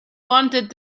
wanted